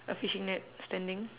a fishing net standing